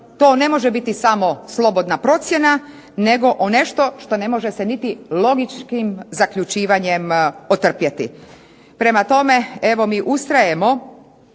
to ne može biti samo slobodna procjena, nego nešto što ne može se niti logičkim zaključivanjem otrpjeti. Prema tome evo mi ustrajemo